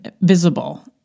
visible